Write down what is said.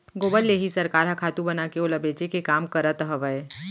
गोबर ले ही सरकार ह खातू बनाके ओला बेचे के काम करत हवय